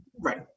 right